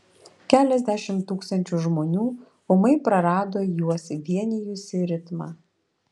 keliasdešimt tūkstančių žmonių ūmai prarado juos vienijusį ritmą